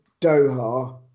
Doha